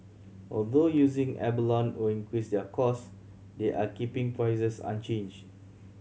although using abalone will increase their cost they are keeping prices unchanged